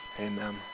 amen